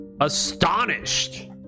astonished